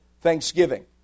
thanksgiving